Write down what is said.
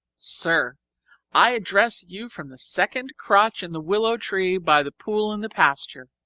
sir i address you from the second crotch in the willow tree by the pool in the pasture.